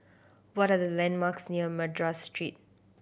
what are the landmarks near Madras Street